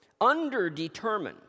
underdetermined